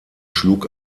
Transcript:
schlug